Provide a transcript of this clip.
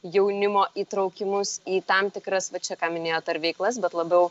jaunimo įtraukimus į tam tikras va čia ką minėjot ar veiklas bet labiau